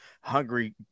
hungry